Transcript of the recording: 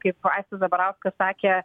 kaip aistis zabarauskas sakė